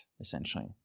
essentially